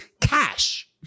cash